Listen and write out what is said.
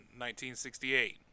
1968